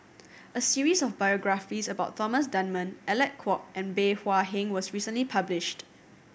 a series of biographies about Thomas Dunman Alec Kuok and Bey Hua Heng was recently published